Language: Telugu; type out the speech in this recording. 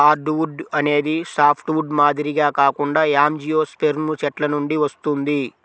హార్డ్వుడ్ అనేది సాఫ్ట్వుడ్ మాదిరిగా కాకుండా యాంజియోస్పెర్మ్ చెట్ల నుండి వస్తుంది